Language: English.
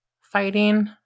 fighting